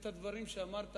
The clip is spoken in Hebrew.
את הדברים שאמרת